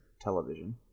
television